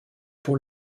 pour